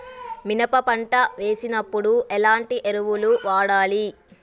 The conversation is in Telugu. మినప పంట వేసినప్పుడు ఎలాంటి ఎరువులు వాడాలి?